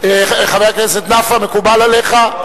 חבר הכנסת נפאע, מקובל עליך?